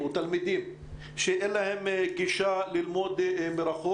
התחלנו איזשהו שיח אל מול ארגונים אחרים.